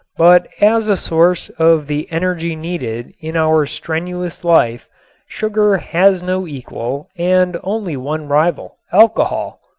but as a source of the energy needed in our strenuous life sugar has no equal and only one rival, alcohol.